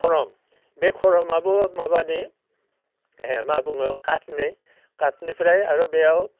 खरम बे खरमाबो माबानि मा बुङो काटनि काटनिफ्राय आरो बेयाव